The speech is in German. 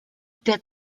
der